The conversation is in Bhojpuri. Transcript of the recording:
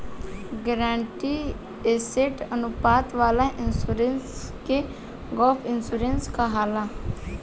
गारंटीड एसेट अनुपात वाला इंश्योरेंस के गैप इंश्योरेंस कहाला